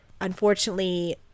Unfortunately